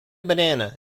banana